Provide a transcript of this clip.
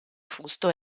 fusto